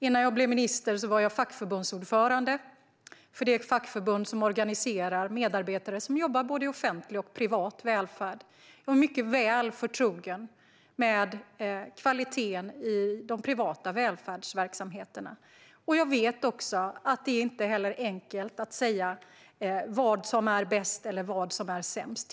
Innan jag blev minister var jag fackförbundsordförande för det fackförbund som organiserar medarbetare som jobbar i både offentlig och privat välfärd, och jag är mycket väl förtrogen med kvaliteten i de privata välfärdsverksamheterna. Jag vet också att det inte är enkelt att säga vad som är bäst eller vad som är sämst.